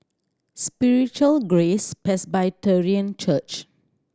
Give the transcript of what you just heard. Spiritual Grace Presbyterian Church